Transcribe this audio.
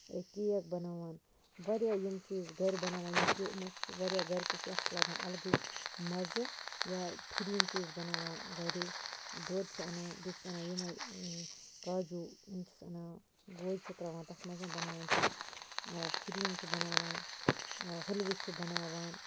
cake بَناوان واریاہ یِم چیٖز گرِ بَناوان یِم چھِ یِمو سۭتۍ چھِ واریاہ گرِکِس یَتھ چھُ لَگان اَلگٕے مَزٕ یا فریٖن چھِ أسۍ بَناوان گرِ دۄد چھِ اَنان بیٚیہِ چھس اَنان یِمَے کاجوٗ یِم چھِس اَنان گوجہِ چھِ تراوان تَتھ منٛز بَناوان چھِ أسۍ فِریٖن چھِ بناوان ۂلوٕ چھِ بَناوان